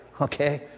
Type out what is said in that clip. okay